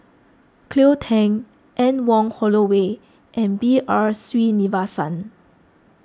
Cleo Thang Anne Wong Holloway and B R Sreenivasan